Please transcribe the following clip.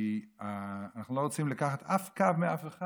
כי אנחנו לא רוצים לקחת אף קו מאף אחד.